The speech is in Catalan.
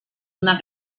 una